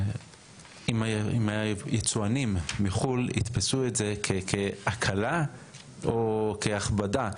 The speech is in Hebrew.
אם היצואנים מחו"ל יתפסו את זה כהקלה או כהכבדה,